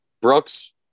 Brooks